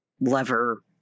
lever